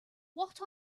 what